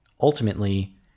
Ultimately